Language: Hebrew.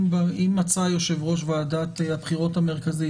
אם מצא יושב-ראש ועדת הבחירות המרכזית